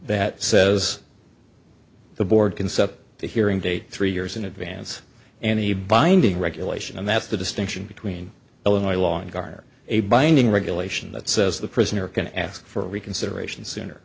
stop the hearing date three years in advance and a binding regulation and that's the distinction between illinois law and garner a binding regulation that says the prisoner can ask for reconsideration sooner